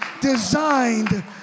designed